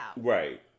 Right